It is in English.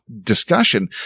discussion